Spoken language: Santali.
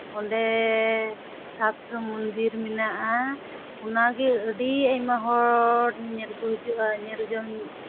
ᱚᱰᱮ ᱥᱟᱛᱥᱳ ᱢᱩᱱᱫᱤᱨ ᱢᱮᱱᱟᱜᱼᱟ ᱚᱱᱟᱜᱮ ᱟᱹᱰᱤ ᱟᱭᱢᱟ ᱦᱚᱲ ᱧᱮᱧᱮᱞ ᱠᱚ ᱦᱤᱡᱩᱜᱼᱟ ᱧᱮᱞ ᱡᱚᱝ